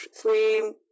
three